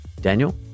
Daniel